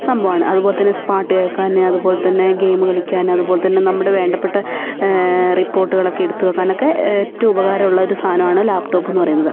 സംഭവമാണ് അതുപോലെത്തന്നെ പാട്ട് കേൾക്കാന് അതുപോലെത്തന്നെ ഗെയിമ് കളിക്കാന് അതുപോലെത്തന്നെ നമ്മുടെ വേണ്ടപ്പെട്ട റിപ്പോർട്ടുകളൊക്കെ എടുത്തുവെക്കാനൊക്കെ ഏറ്റവും ഉപകാരമുള്ളൊരു സാധനാണ് ലാപ്ടോപ്പ് എന്ന് പറയുന്നത്